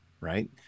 right